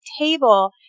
table